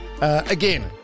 Again